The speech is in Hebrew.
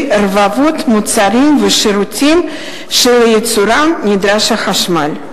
רבבות מוצרים ושירותים שלייצורם נדרש החשמל.